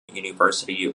university